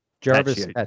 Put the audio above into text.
Jarvis